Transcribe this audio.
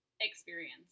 experience